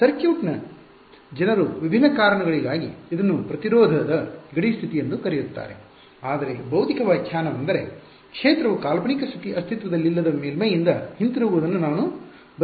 ಸರ್ಕ್ಯೂಟ್ನ ಜನರು ವಿಭಿನ್ನ ಕಾರಣಗಳಿಗಾಗಿ ಇದನ್ನು ಪ್ರತಿರೋಧದ ಗಡಿ ಸ್ಥಿತಿ ಎಂದು ಕರೆಯುತ್ತಾರೆ ಆದರೆ ಭೌತಿಕ ವ್ಯಾಖ್ಯಾನವೆಂದರೆ ಕ್ಷೇತ್ರವು ಕಾಲ್ಪನಿಕ ಅಸ್ತಿತ್ವದಲ್ಲಿಲ್ಲದ ಮೇಲ್ಮೈಯಿಂದ ಹಿಂತಿರುಗುವುದನ್ನು ನಾನು ಬಯಸುವುದಿಲ್ಲ